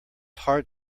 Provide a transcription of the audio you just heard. hard